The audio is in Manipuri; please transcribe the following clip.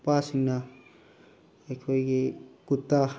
ꯅꯨꯄꯥꯁꯤꯡꯅ ꯑꯩꯈꯣꯏꯒꯤ ꯀꯨꯔꯇꯥ